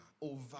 over